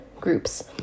groups